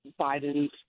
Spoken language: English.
Biden's